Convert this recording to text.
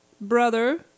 brother